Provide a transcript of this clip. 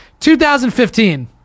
2015